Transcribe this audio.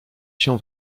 się